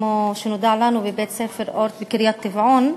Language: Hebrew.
כמו שנודע לנו, בבית-ספר "אורט" בקרית-טבעון.